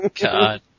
God